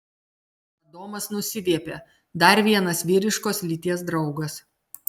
adomas nusiviepė dar vienas vyriškos lyties draugas